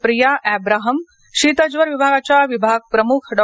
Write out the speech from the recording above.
प्रिया एव्राहम शीतज्वर विभागाच्या विभागप्रमुख डॉ